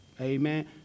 amen